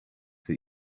that